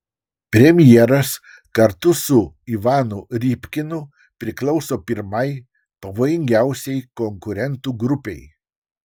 premjeras kartu su ivanu rybkinu priklauso pirmai pavojingiausiai konkurentų grupei